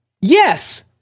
Yes